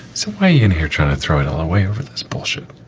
so i in here trying to throw it all away over this bullshit